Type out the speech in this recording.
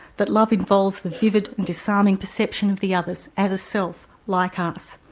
that love involves the vivid and disarming perception of the others as a self, like us.